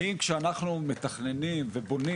האם כשאנחנו מתכננים ובונים,